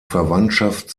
verwandtschaft